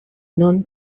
non